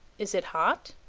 is it hot?